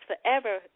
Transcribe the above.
forever